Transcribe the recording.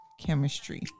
chemistry